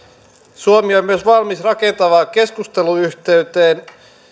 suomi on myös valmis rakentavaan keskusteluyhteyteen